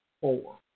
four